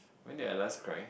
when did I last cry